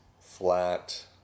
flat